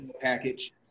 package